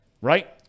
Right